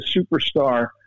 superstar